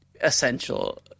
essential